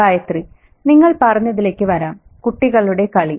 ഗായത്രി നിങ്ങൾ പറഞ്ഞതിലേക്ക് വരാം കുട്ടികളുടെ കളി